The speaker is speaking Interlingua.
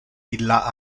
illa